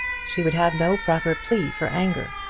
she would have no proper plea for anger.